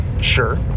sure